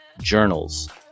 journals